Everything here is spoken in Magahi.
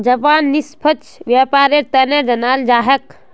जापान निष्पक्ष व्यापारेर तने जानाल जा छेक